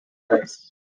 nice